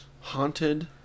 Haunted